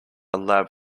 lab